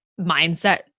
mindset